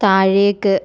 താഴേക്ക്